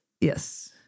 Yes